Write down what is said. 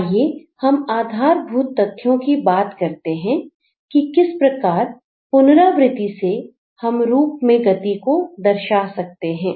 आइए हम आधारभूत तथ्यों की बात करते हैं कि किस प्रकार पुनरावृति से हम रूप में गति को दर्शा सकते हैं